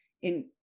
in-